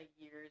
year's